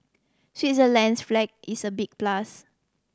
Switzerland's flag is a big plus